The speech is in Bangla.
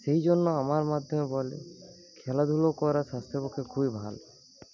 সেই জন্য আমার মাধ্যমে বলে খেলাধুলো করা স্বাস্থ্যের পক্ষে খুবই ভালো